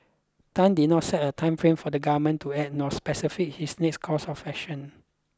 Tan did not set a time frame for the government to act nor specified his next course of action